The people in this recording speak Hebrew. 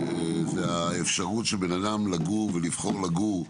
המהות של הדבר היא האפשרות של בן אדם לגור ולבחור לגור,